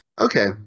Okay